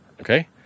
okay